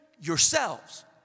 yourselves